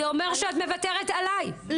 זה אומר שאת מוותרת עלי או על עאידה.